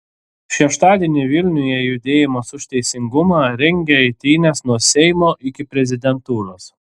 šeštadienį vilniuje judėjimas už teisingumą rengia eitynes nuo seimo iki prezidentūros